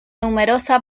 numerosa